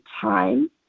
time